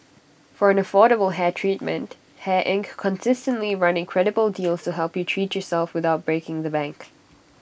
for an affordable hair treatment hair Inc constantly run incredible deals help you treat yourself without breaking the bank